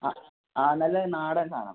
ആ ആ നല്ല നാടൻ സാധനം